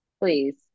please